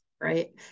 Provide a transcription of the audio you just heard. right